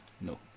No